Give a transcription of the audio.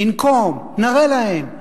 ננקום, נראה להם.